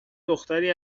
دختری